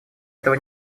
этого